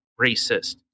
racist